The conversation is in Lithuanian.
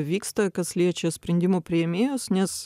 vyksta kas liečia sprendimų priėmėjus nes